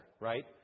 right